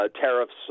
tariffs